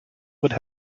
would